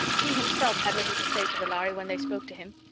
he himself had little to say to the lhari when they spoke to him.